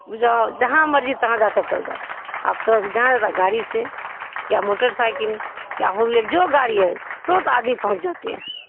جاؤ جہاں مرضی تہاں جاتے پیدل اب تو جہاں جاتا گاڑی سے یا موٹر سائیکل یا جو گاڑی ہے ترت آدمی پہنچ جاتی ہے